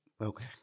okay